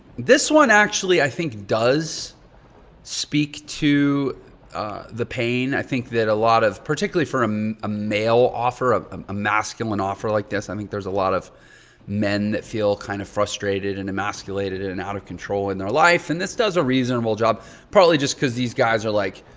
this one actually i think does speak to the pain. i think that a lot of, particularly for um a male offer, a a masculine offer like this, i think there's a lot of men that feel kind of frustrated and emasculated and and out of control in their life. and this does a reasonable job probably just because these guys are like,